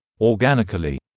organically